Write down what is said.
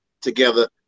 together